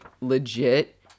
legit